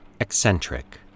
eccentric